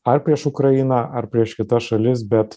ar prieš ukrainą ar prieš kitas šalis bet